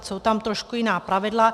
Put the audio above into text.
Jsou tam trošku jiná pravidla.